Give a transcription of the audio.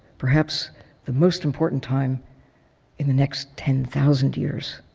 perhaps the most important time in the next ten thousand years.